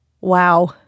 wow